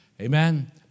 Amen